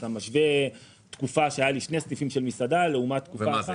אתה משווה תקופה שהיו לי שני סניפים של מסעדה לעומת תקופה אחת.